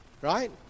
Right